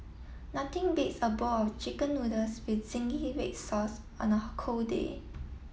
nothing beats a bowl chicken noodles with zingy red sauce on a cold day